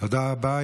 תודה רבה.